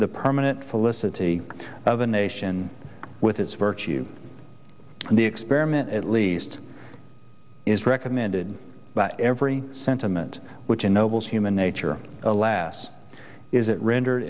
the permanent felicity the nation with its virtue and the experiment at least is recommended by every sentiment which ennobles human nature alas is it rendered